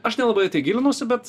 aš nelabai į tai gilinuosi bet